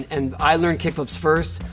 and i learned kickflips first.